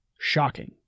Shocking